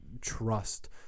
trust